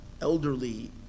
elderly